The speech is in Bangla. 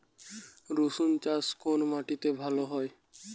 রুসুন চাষ কোন মাটিতে ভালো হয়?